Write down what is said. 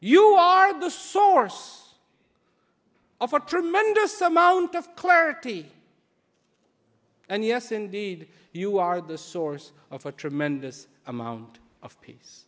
you are the source of a tremendous amount of clarity and yes indeed you are the source of a tremendous amount of